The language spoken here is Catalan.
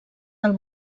del